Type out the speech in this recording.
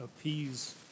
appease